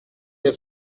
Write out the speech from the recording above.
est